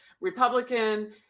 Republican